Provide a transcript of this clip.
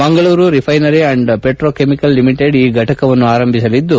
Mangaluru refinery and petrochemical limited ಈ ಘಟಕವನ್ನು ಆರಂಭಿಸಲಿದ್ದು